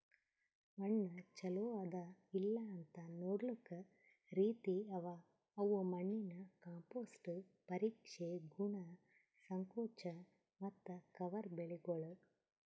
ಮಣ್ಣ ಚಲೋ ಅದಾ ಇಲ್ಲಾಅಂತ್ ನೊಡ್ಲುಕ್ ರೀತಿ ಅವಾ ಅವು ಮಣ್ಣಿನ ಕಾಂಪೋಸ್ಟ್, ಪರೀಕ್ಷೆ, ಗುಣ, ಸಂಕೋಚ ಮತ್ತ ಕವರ್ ಬೆಳಿಗೊಳ್